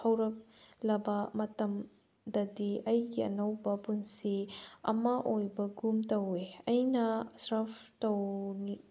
ꯍꯧꯔꯛꯂꯕ ꯃꯇꯝꯗꯗꯤ ꯑꯩꯒꯤ ꯑꯅꯧꯕ ꯄꯨꯟꯁꯤ ꯑꯃ ꯑꯣꯏꯕꯒꯨꯝ ꯇꯧꯏ ꯑꯩꯅ ꯁ꯭ꯔꯐ ꯇꯧ